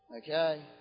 Okay